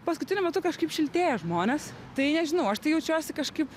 paskutiniu metu kažkaip šiltėja žmonės tai nežinau aš tai jaučiuosi kažkaip